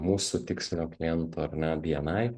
mūsų tikslinio kliento ar ne bni